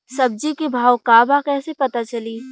सब्जी के भाव का बा कैसे पता चली?